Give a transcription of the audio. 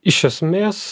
iš esmės